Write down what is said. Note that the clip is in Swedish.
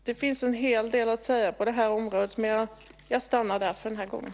Det finns en hel del att säga på det här området, men jag stannar där för den här gången.